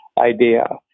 idea